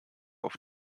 auf